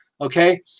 okay